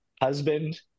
husband